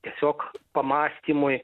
tiesiog pamąstymui